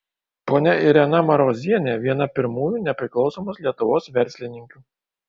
ponia irena marozienė viena pirmųjų nepriklausomos lietuvos verslininkių